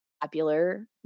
popular